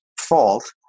fault